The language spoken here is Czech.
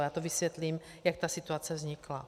Já to vysvětlím, jak ta situace vznikla.